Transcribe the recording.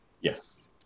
Yes